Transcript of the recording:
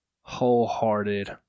wholehearted